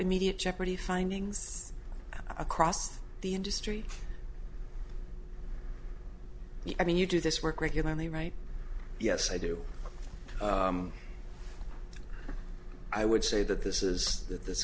immediate jeopardy findings across the industry i mean you do this work regularly right yes i do i would say that this is that this